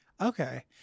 Okay